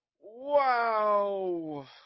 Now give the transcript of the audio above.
Wow